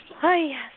Hi